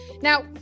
Now